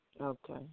Okay